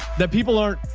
that people aren't,